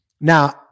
Now